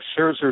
Scherzer